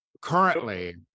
currently